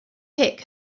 pick